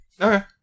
Okay